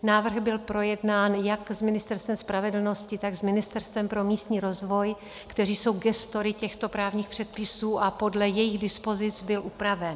Návrh byl projednán jak s Ministerstvem spravedlnosti, tak s Ministerstvem pro místní rozvoj, která jsou gestory těchto právních předpisů, a podle jejich dispozic byl upraven.